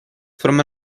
from